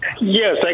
Yes